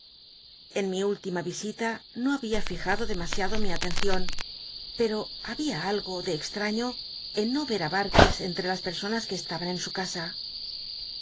en mi última risi ta no babia lljado demasiado mi atenciori pero babia algo de extmño en no rcr darkis entrc las personas que estaban en su casa